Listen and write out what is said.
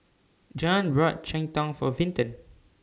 Jean bought Cheng Tng For Vinton